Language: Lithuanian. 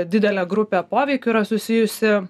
didelė grupė poveikiu yra susijusi